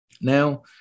now